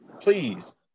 please